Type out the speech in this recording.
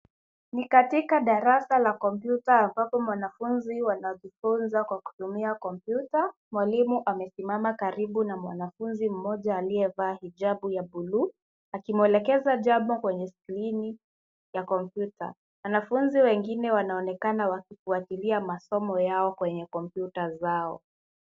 ni katika darasa la kompyuta ambapo wanafunzi wanajifunza kutumia kompyuta mwalimu amesimama karibu na mwanafunzi mmoja aliyevaa hijabu ya buluu akimwelekeza jambo kwenye skrini ya kompyuta wanafunzi wengine wanaonekana wakifuatilia masomom yao kwenye kompyuta zao